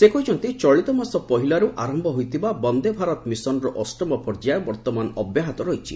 ସେ କହିଛନ୍ତି ଚଳିତ ମାସ ପହିଲାରୁ ଆରମ୍ଭ ହୋଇଥିବା ବନ୍ଦେ ଭାରତ ମିଶନ୍ର ଅଷ୍ଟମ ପର୍ଯ୍ୟାୟ ବର୍ତ୍ତମାନ ଅବ୍ୟାହତ ରହିଛି